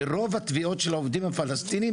ורוב התביעות של העובדים הפלסטינים,